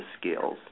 skills